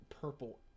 purple